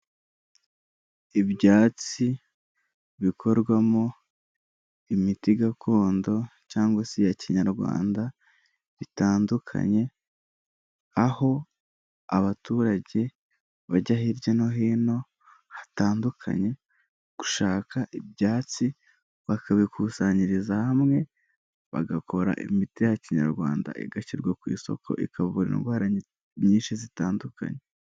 Ibyatsi bikorwamo imiti gakondo cyangwa se iya kinyarwanda bitandukanye, aho abaturage bajya hirya no hino hatandukanye gushaka ibyatsi bakabikusanyiriza hamwe bagakora imiti ya kinyarwanda, igashyirwa ku isoko ikavura indwara nyinshi zitandukanye.